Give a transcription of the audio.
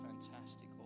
fantastic